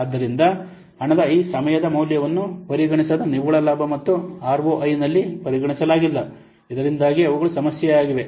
ಆದ್ದರಿಂದ ಹಣದ ಈ ಸಮಯದ ಮೌಲ್ಯವನ್ನು ಪರಿಗಣಿಸದ ನಿವ್ವಳ ಲಾಭ ಮತ್ತು ಆರ್ಒಐನಲ್ಲಿ ಪರಿಗಣಿಸಲಾಗಿಲ್ಲ ಇದರಿಂದಾಗಿ ಅವುಗಳು ಸಮಸ್ಯೆಯಾಗಿವೆ